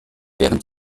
während